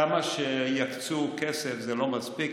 כמה שיקצו כסף זה לא מספיק.